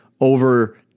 over